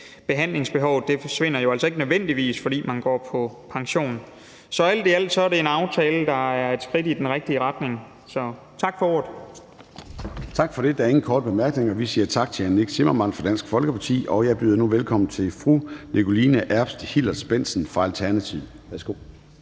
Behandlingsbehovet forsvinder jo altså ikke nødvendigvis, fordi man går på pension. Så alt i alt er det en aftale, der er et skridt i den rigtige retning. Tak for ordet. Kl. 13:49 Formanden (Søren Gade): Tak for det. Der er ingen korte bemærkninger. Vi siger tak til hr. Nick Zimmermann fra Dansk Folkeparti. Jeg byder nu velkommen til fru Nikoline Erbs Hillers-Bendtsen fra Alternativet.